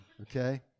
okay